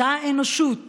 אותה אנושות